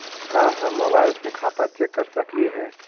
का हम मोबाईल से खाता चेक कर सकली हे?